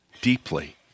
deeply